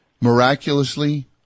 miraculously